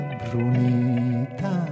brunita